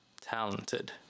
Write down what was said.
talented